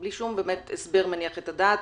בלי שום הסבר מניח את הדעת,